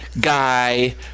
Guy